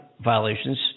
violations